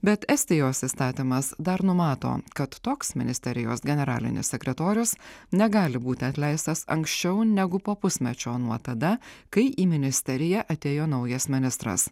bet estijos įstatymas dar numato kad toks ministerijos generalinis sekretorius negali būti atleistas anksčiau negu po pusmečio nuo tada kai į ministeriją atėjo naujas ministras